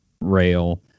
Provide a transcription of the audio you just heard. rail